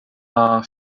are